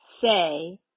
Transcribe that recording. say